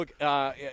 Look